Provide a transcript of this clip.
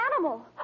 animal